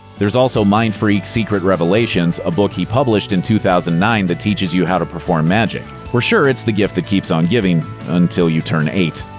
there's also mindfreak secret revelations, a book he published in two thousand and nine that teaches you how to perform magic. we're sure it's the gift that keeps on giving until you turn eight.